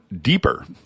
deeper